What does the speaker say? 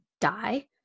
die